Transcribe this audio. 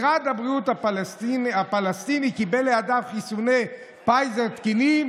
"משרד הבריאות הפלסטיני קיבל לידיו חיסוני פייזר תקינים,